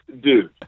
Dude